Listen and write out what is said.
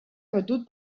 abatut